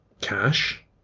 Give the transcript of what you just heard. cash